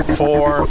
four